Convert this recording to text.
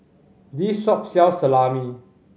this shop sells Salami